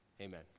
Amen